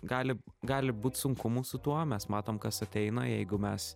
gali gali būt sunkumų su tuo mes matom kas ateina jeigu mes